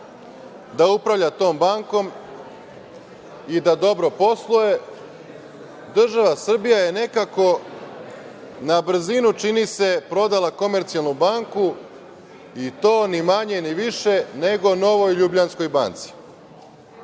da upravlja tom bankom i da dobro posluje, država Srbija je nekako, na brzinu čini se, prodala „Komercijalnu banku“, i to, ni manje ni više, nego „Novoj Ljubljanskoj